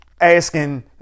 asking